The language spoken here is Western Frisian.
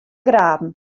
graden